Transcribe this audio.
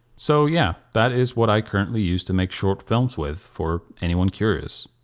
so yeah, that is what i currently use to make short films with for anyone curious.